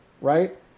right